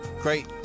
Great